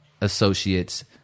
associates